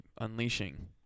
unleashing